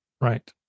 Right